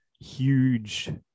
huge